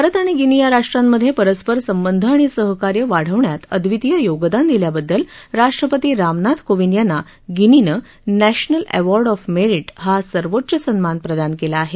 भारत आणि गिनी या राष्ट्रांमधे परस्पर संबंध आणि सहकार्य वाढवण्यात अब्रितीय योगदान दिल्याबद्दल राष्ट्रपती रामनाथ कोविंद यांना गिनीनं नधीमल एवॉर्ड ऑफ मेरिट हा सवॉच्च सन्मान प्रदान केला आहे